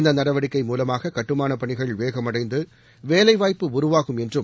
இந்த நடவடிக்கை மூலமாக கட்டுமான பணிகள் வேகமடைந்து வேலைவாய்ப்பு உருவாகும் என்றும்